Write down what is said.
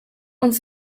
uns